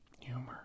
humor